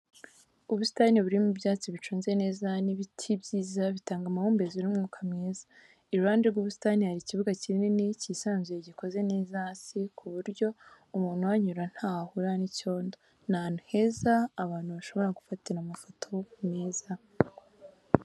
Ubusitani burimo ibyatsi biconze neza n'ibiti byiza bitanga amahumbezi n'umwuka mwiza, iruhande w'ubusitani hari ikibuga kinini cyisanzuye gikoze neza hasi ku buryo umuntu uhanyura ntaho ahurira n'icyondo. Ni ahantu heza abantu bashobora gufatira amafoto meza.